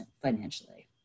financially